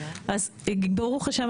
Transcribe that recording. אז ברוך השם,